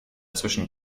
zwischen